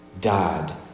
died